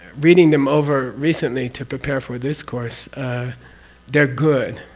reading them over recently to prepare for this course they're good.